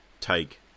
take